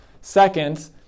Second